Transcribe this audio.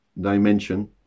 dimension